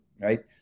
Right